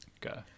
go